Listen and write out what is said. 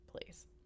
please